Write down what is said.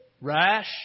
rash